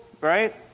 right